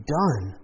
done